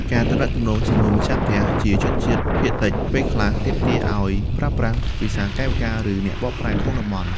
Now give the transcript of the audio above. ការទំនាក់ទំនងជាមួយម្ចាស់ផ្ទះជាជនជាតិភាគតិច ពេលខ្លះ ទាមទារឱ្យប្រើប្រាស់ ភាសាកាយវិការ ឬអ្នកបកប្រែក្នុងតំបន់។